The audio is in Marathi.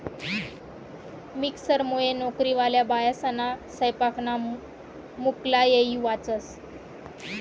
मिक्सरमुये नवकरीवाल्या बायास्ना सैपाकना मुक्ला येय वाचस